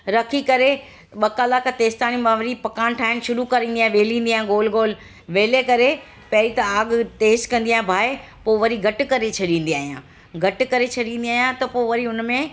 रखी करे ॿ कलाक तेंस ताणी मां वरी पकवान ठाहिण शुरू कंदी आहियां बेलींदी आहियां गोल गोल वेले करे पहिरियों त आग तेज़ कंदी आहियां बाहि पोइ वरी घटि करे छॾींदी आहियां घटि करे छॾींदी आहियां त पोइ वरी हुन में